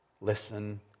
listen